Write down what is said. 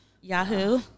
yahoo